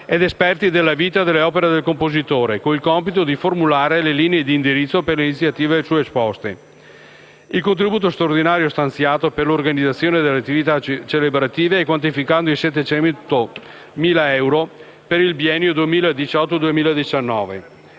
ed esperti della vita e delle opere del compositore, con il compito di formulare le linee di indirizzo per le iniziative suesposte. Il contributo straordinario stanziato per l'organizzazione delle attività celebrative è quantificato in 700.000 euro per il biennio 2018-2019.